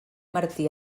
martí